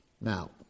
Now